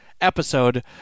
episode